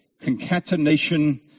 concatenation